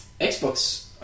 Xbox